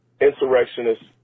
Insurrectionists